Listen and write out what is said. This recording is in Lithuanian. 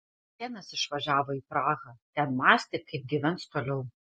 vienas išvažiavo į prahą ten mąstė kaip gyvens toliau